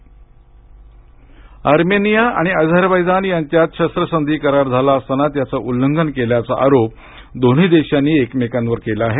Armenia Armenia आणि Azerbaijan यांच्यात शस्त्रसंधी करार झाला असताना त्याच उल्लंघन केल्याचा आरोप दोन्ही देशांनी एकमेकांवर केला आहे